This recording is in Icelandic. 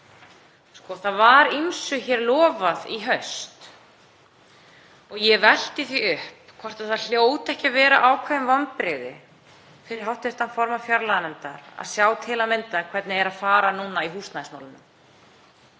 Það var ýmsu lofað í haust og ég velti því upp hvort það hljóti ekki að vera ákveðin vonbrigði fyrir hv. formann fjárlaganefndar að sjá til að mynda hvernig er að fara núna í húsnæðismálunum.